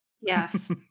yes